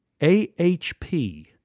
AHP